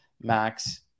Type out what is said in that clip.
max